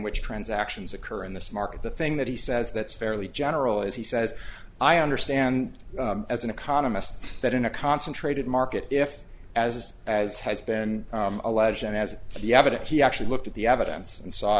which transactions occur in this market the thing that he says that's fairly general as he says i understand as an economist that in a concentrated market if as as has been alleged and as the evidence he actually looked at the evidence and saw